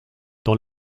dans